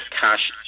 cash